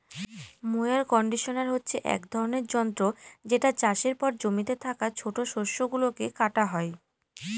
mower conditioner হচ্ছে এক ধরনের যন্ত্র যেটা চাষের পর জমিতে থাকা ছোট শস্য গুলোকে কাটা হয়